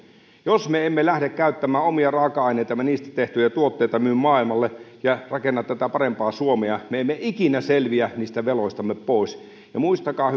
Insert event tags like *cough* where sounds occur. jos me emme lähde käyttämään omia raaka aineitamme niistä tehtyjä tuotteita myy maailmalle ja rakenna tätä parempaa suomea muuten me emme ikinä selviä niistä veloistamme pois muistakaa *unintelligible*